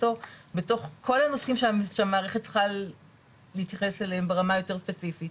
בתוך כל הנושאים שהמערכת צריכה להתייחס אליהם ברמה היותר ספציפית.